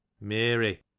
mary